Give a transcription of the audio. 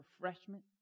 refreshment